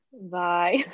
Bye